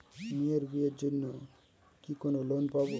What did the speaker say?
মেয়ের বিয়ের জন্য কি কোন লোন পাব?